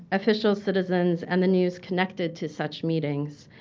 officials, citizens, and the news connected to such meetings,